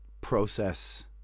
process